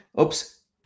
Oops